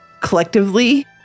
collectively